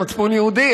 מצפון יהודי,